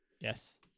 Yes